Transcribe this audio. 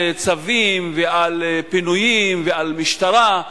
מצוין, על צווים ועל פינויים ועל משטרה.